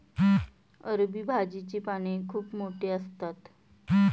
अरबी भाजीची पाने खूप मोठी असतात